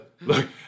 look